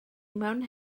mewn